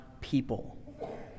people